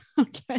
okay